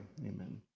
amen